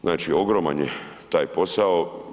Znači ogroman je taj posao.